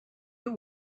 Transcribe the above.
you